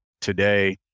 today